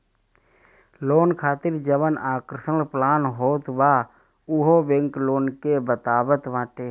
loan खातिर जवन आकर्षक प्लान होत बा उहो बैंक लोग के बतावत बाटे